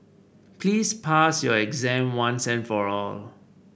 please pass your exam once and for all